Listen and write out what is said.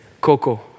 Coco